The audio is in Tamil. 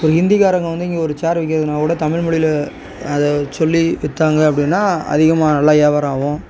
இப்போ ஹிந்திக்காரவங்க வந்து இங்கே ஒரு சேரி விற்கிறதுனாக் கூட தமிழ்மொழியில அதை சொல்லி விற்றாங்க அப்படின்னா அதிகமாக நல்லா வியாபாரம் ஆகும்